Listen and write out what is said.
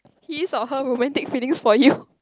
his or her romantic feelings for you